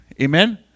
Amen